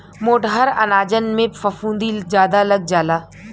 मोटहर अनाजन में फफूंदी जादा लग जाला